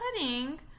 pudding